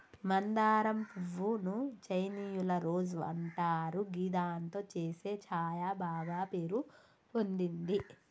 మందారం పువ్వు ను చైనీయుల రోజ్ అంటారు గిదాంతో చేసే ఛాయ బాగ పేరు పొందింది